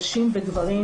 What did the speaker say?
נשים וגברים,